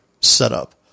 setup